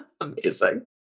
Amazing